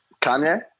Kanye